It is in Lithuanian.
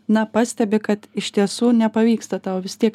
na pastebi kad iš tiesų nepavyksta tau vis tiek